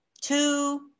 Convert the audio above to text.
Two